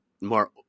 more